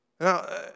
Now